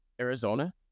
Arizona